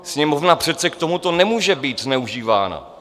Sněmovna přece k tomuto nemůže být zneužívána.